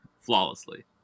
flawlessly